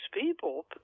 people